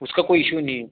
उसका कोई ईशू नहीं है